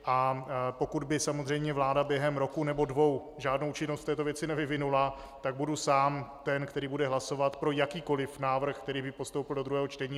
A pokud by samozřejmě vláda během roku nebo dvou žádnou činnost v této věci nevyvinula, tak budu sám ten, který bude hlasovat pro jakýkoliv návrh, který by postoupil do druhého čtení.